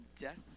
death